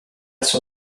sua